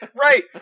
Right